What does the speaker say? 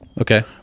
okay